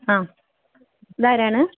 ആ ഇതാരാണ്